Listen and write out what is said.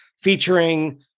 featuring